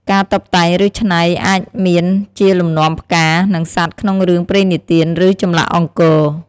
ការតុបតែង ឬ ច្នៃអាចមានជាលំនាំផ្កា និងសត្វក្នុងរឿងព្រេងនិទាន ឬ ចម្លាក់អង្គរ។